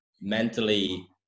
mentally